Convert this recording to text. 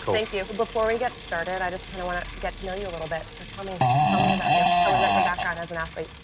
thank you. but before we get started, i just kind of want to get to know you a little bit, so tell me tell me about you, tell me about your background as an athlete.